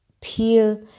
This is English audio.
peel